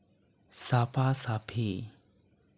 ᱥᱟᱯᱷᱟ ᱥᱟᱯᱷᱤ